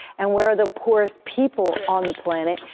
and where are the poorest people on the planet,